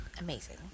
amazing